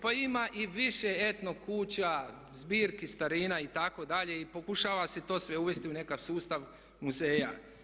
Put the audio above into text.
Pa ima i više etno kuća, zbirki starina itd., i pokušava se to sve uvesti u nekakav sustav muzeja.